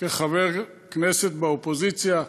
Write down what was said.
כחבר כנסת באופוזיציה,